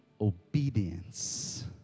obedience